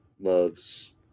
loves